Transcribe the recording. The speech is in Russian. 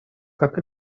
как